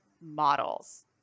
Models